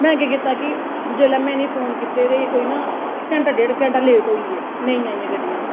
में केह् कीता कि जेल्लै में इनेंगी फोन कीते दे कोई ना घैंटा डेढ घैंटा लेट होई गे नेईं आइयां गड्डियां